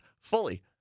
fully